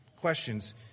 questions